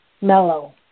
mellow